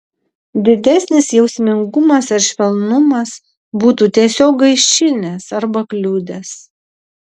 didesnis jausmingumas ar švelnumas būtų tiesiog gaišinęs arba kliudęs